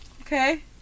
okay